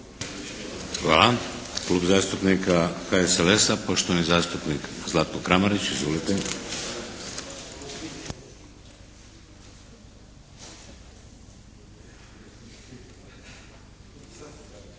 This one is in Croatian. Hvala. Klub zastupnika HSLS-a poštovani zastupnik Zlatko Kramarić. Izvolite.